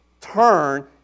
turn